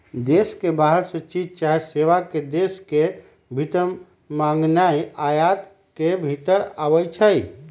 देश के बाहर से चीज चाहे सेवा के देश के भीतर मागनाइ आयात के भितर आबै छइ